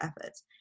efforts